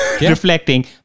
reflecting